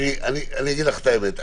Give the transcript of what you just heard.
תראי, אני אגיד לך את האמת.